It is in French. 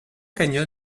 canyon